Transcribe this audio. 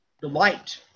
delight